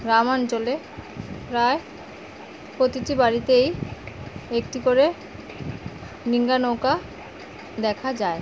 গ্রামাঞ্চলে প্রায় প্রতিটি বাড়িতেই একটি করে ডিঙ্গা নৌকা দেখা যায়